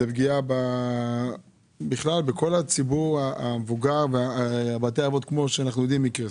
בכל הציבור המבוגר ובבתי האבות, שיקרסו.